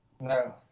No